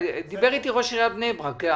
דיבר איתי ראש עיריית בני-ברק.